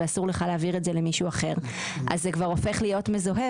ואסור לך להעביר את זה למישהו אחר אז זה כבר הופך להיות מזוהה,